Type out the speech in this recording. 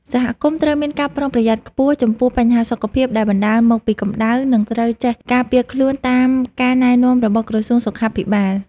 សហគមន៍ត្រូវមានការប្រុងប្រយ័ត្នខ្ពស់ចំពោះបញ្ហាសុខភាពដែលបណ្តាលមកពីកម្តៅ និងត្រូវចេះការពារខ្លួនតាមការណែនាំរបស់ក្រសួងសុខាភិបាល។